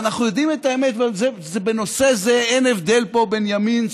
אנחנו יודעים את האמת ובנושא הזה אין הבדל פה בין ימין,